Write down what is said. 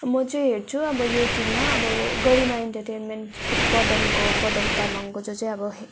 म चाहिँ हेर्छु अब युट्यूबमा अब गरिमा इन्टरटेन्मेन्ट पदमको पदम तामङको जो चाहिँ अब